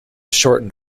shortened